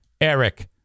Eric